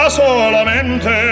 solamente